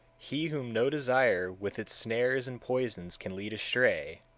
he whom no desire with its snares and poisons can lead astray,